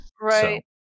Right